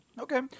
Okay